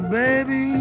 baby